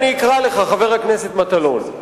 אני אקרא לך, חבר הכנסת מטלון.